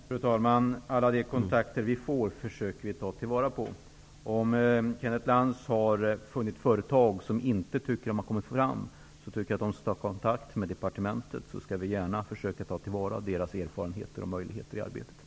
Fru talman! Alla de kontakter vi får försöker vi ta vara på. Om Kenneth Lantz har funnit företag som inte tycker att de har kommit fram, skall han ta kontakt med departementet, så skall vi gärna försöka ta till vara deras erfarenheter i arbetet.